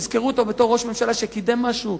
יזכרו אותו בתור ראש ממשלה שקידם משהו?